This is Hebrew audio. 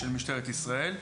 של משטרת ישראל,